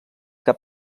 que